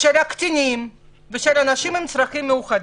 של קטינים ושל אנשים עם צרכים מיוחדים,